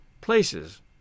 places